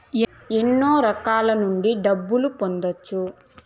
ఎన్నో రకాల నుండి డబ్బులు పొందొచ్చు